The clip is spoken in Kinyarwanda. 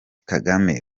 kagame